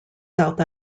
south